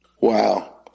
Wow